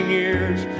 years